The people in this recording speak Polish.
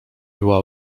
była